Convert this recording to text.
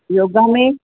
योगा में